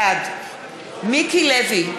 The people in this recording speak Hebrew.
בעד מיקי לוי,